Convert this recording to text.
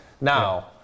Now